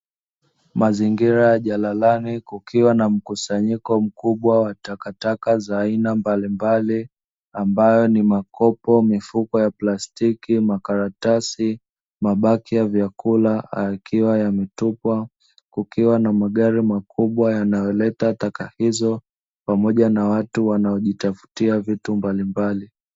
Manzingira ya jalalani kukiwa na mkusanyiko mkubwa wa takataka za aina mbalimbali ambayo ni: makopo, mifuko ya plastiki, makaratasi, mabaki ya vyakula; yakiwa yametupwa. Kukiwa na magari makubwa yanayoleta taka hizo pamoja na watu wanaojitafutia vitu mbalimbali.